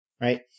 right